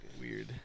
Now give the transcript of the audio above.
weird